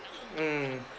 mm